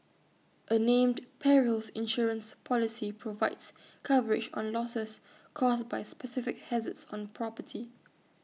A named Perils Insurance Policy provides coverage on losses caused by specific hazards on property